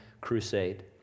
Crusade